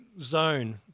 zone